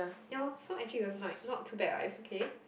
ya lor so actually it was not not too bad ah it's okay